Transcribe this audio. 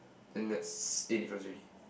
then that's eight difference already